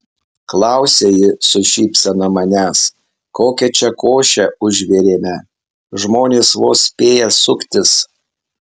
klausia ji su šypsena manęs kokią čia košę užvirėme žmonės vos spėja suktis